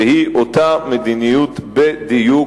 והיא אותה מדיניות בדיוק,